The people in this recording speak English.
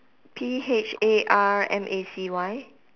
P H A R M A C Y